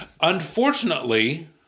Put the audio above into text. Unfortunately